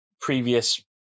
previous